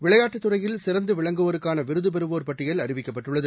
விளையாட்டுத் துறையில் சிறந்து விளங்குவோருக்கான விருது பெறுவோர் பட்டியல் அறிவிக்கப்பட்டுள்ளது